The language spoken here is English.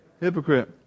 Hypocrite